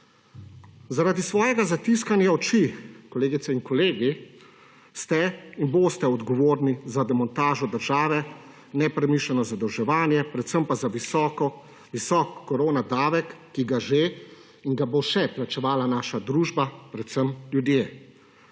Zaradi svojega zatiskanja oči, kolegice in kolegi, ste in boste odgovorni za demontažo države, nepremišljeno zadolževanje, predvsem pa za visok koronadavek, ki ga že in ga bo še plačevala naša družba, predvsem ljudje.